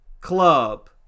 club